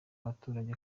abaturage